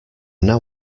now